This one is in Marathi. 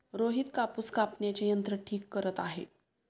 रोहित कापूस कापण्याचे यंत्र ठीक करत आहे